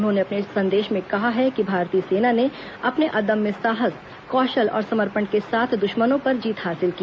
उन्होंने अपने संदेश में कहा है कि भारतीय सेना ने अपने अदम्य साहस कौशल और समर्पण के साथ दुश्मनों पर जीत हासिल की